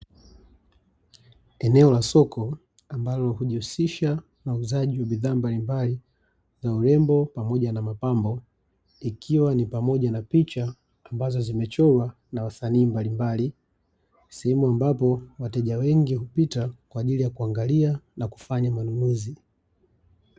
Eneo la soko ambalo hujihusisha na uuzaji wa bidhaa mbalimbali za urembo pamoja na mapambo ikiwa ni pamoja na picha ambazo zimechorwa na wasanii mbalimbali, sehemu ambapo wateja wengi hupita kwa ajili ya kuangalia na kufanya manunuzi.